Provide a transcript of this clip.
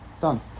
Done